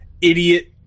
idiot